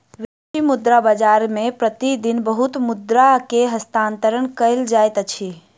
विदेशी मुद्रा बाजार मे प्रति दिन बहुत मुद्रा के हस्तांतरण कयल जाइत अछि